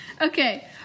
Okay